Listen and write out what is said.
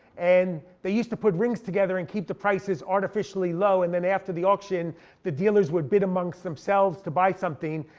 and they used to put rings together, and keep the prices artificially low, and then after the auction the dealers would bid amongst themselves to buy something,